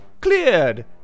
CLEARED